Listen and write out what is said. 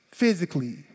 Physically